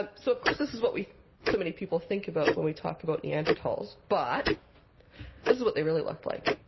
ah so of course, this is what so many people think about when we talk about neanderthals. but this is what they really looked like.